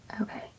Okay